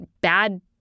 bad